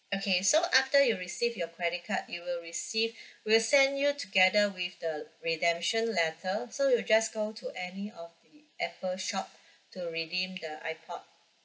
okay so after you receive your credit card you will receive we'll send you together with the redemption letter so you'll just go to any of the apple shop to redeem the ipod